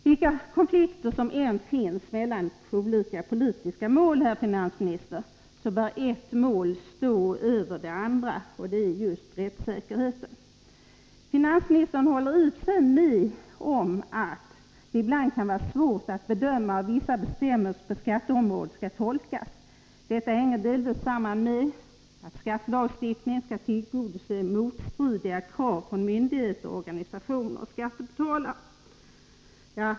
Vilka konflikter som än finns mellan olika politiska mål, herr finansminister, bör ett mål stå över de andra — och det är just rättssäkerheten. Finansministern håller med om att ”det ibland kan vara svårt att bedöma hur vissa bestämmelser på skatteområdet skall tolkas”. Finansministern menar att detta delvis hänger samman med att skattelagstiftningen skail tillgodose motstridiga krav från ”myndigheter, organisationer och skattebetalare”.